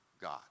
God